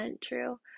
true